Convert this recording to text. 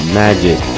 magic